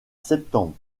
septembre